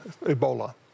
Ebola